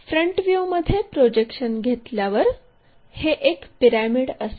front व्ह्यूमध्ये projection घेतल्यावर हे एक पिरॅमिड असेल